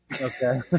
Okay